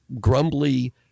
grumbly